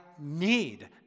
need